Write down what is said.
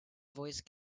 voice